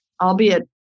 albeit